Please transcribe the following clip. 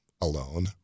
alone